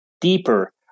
deeper